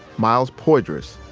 myles poydras,